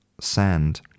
sand